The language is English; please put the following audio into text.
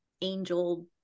angel